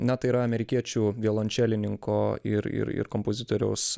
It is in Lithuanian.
na tai yra amerikiečių violončelininko ir ir ir kompozitoriaus